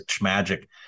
magic